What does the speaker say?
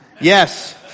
Yes